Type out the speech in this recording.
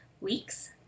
weeks